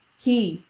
he,